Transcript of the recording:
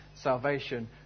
salvation